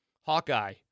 Hawkeye